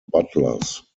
butlers